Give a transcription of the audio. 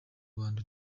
rwanda